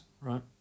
right